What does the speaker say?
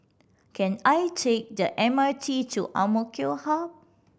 can I take the M R T to AMK Hub